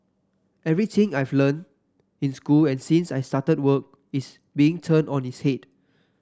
everything I've learnt in school and since I started work is being turned on its head